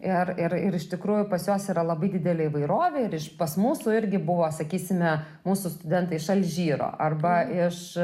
ir ir ir iš tikrųjų pas juos yra labai didelę įvairovę ir pas mūsų irgi buvo sakysime mūsų studentai iš alžyro arba iš